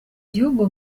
bihugu